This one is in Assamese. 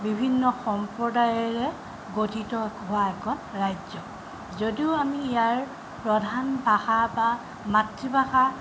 বিভিন্ন সম্প্ৰদায়েৰে গঠিত হোৱা এখন ৰাজ্য যদিও আমি ইয়াৰ প্ৰধান ভাষা বা মাতৃভাষা